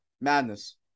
Madness